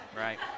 right